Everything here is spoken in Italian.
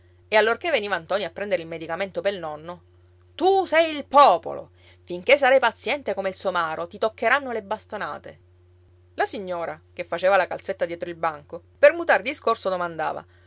e allorché veniva ntoni a prendere il medicamento pel nonno tu sei il popolo finché sarai paziente come il somaro ti toccheranno le bastonate la signora che faceva la calzetta dietro il banco per mutar discorso domandava